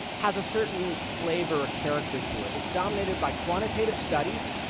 has a certain flavor or character to it. it's dominated by quantitative studies.